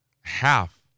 half